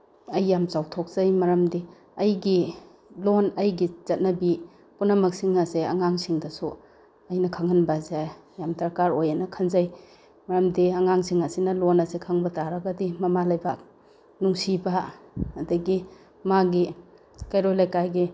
ꯑꯩ ꯌꯥꯝꯅ ꯆꯥꯎꯊꯣꯛꯆꯩ ꯃꯔꯝꯗꯤ ꯑꯩꯒꯤ ꯂꯣꯜ ꯑꯩꯒꯤ ꯆꯠꯅꯕꯤ ꯄꯨꯝꯅꯃꯛꯁꯤꯡ ꯑꯁꯦ ꯑꯉꯥꯡꯁꯤꯡꯗꯁꯨ ꯑꯩꯅ ꯈꯪꯍꯟꯕ ꯑꯁꯦ ꯌꯥꯝ ꯗꯔꯀꯥꯔ ꯑꯣꯏ ꯍꯥꯏꯅ ꯈꯟꯖꯩ ꯃꯔꯝꯗꯤ ꯑꯉꯥꯡꯁꯤꯡ ꯑꯁꯤꯅ ꯂꯣꯜ ꯑꯁꯦ ꯈꯪꯕ ꯇꯥꯔꯒꯗꯤ ꯃꯃꯥ ꯂꯩꯕꯥꯛ ꯅꯨꯡꯁꯤꯕ ꯑꯗꯒꯤ ꯃꯥꯒꯤ ꯀꯩꯔꯣꯜ ꯂꯩꯀꯥꯏꯒꯤ